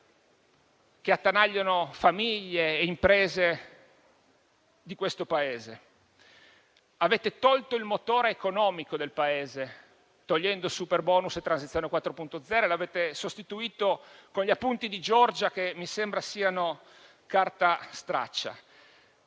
che attanagliano famiglie e imprese di questo Paese. Avete tolto il motore economico del Paese, eliminando il superbonus e transizione 4.0, e l'avete sostituito con "Gli appunti di Giorgia", che mi sembra siano carta straccia.